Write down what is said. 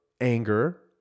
anger